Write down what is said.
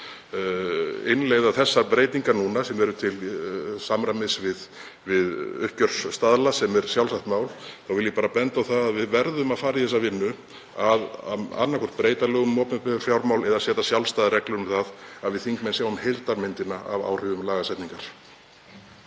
innleiða þessar breytingar núna, sem eru til samræmis við uppgjörsstaðla, sem er sjálfsagt mál, vil ég bara benda á að við verðum að fara í þá vinnu að annaðhvort breyta lögum um opinber fjármál eða setja sjálfstæðar reglur um það að við þingmenn sjáum heildarmyndina af áhrifum lagasetningar.